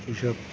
এই সব